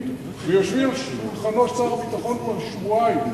ויושבים על שולחנו של שר הביטחון כבר שבועיים.